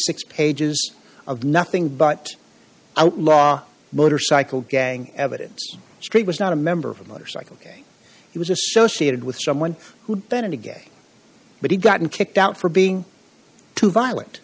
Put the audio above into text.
six pages of nothing but outlaw motorcycle gang evidence street was not a member of a motorcycle gang he was associated with someone who then again but he'd gotten kicked out for being too violent